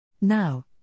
Now